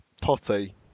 Potty